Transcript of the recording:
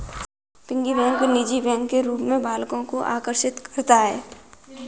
piggy bank निजी bank के रूप में बालकों को आकर्षित करता है